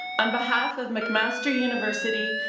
on behalf of mcmaster university,